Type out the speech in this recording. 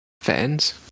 Fans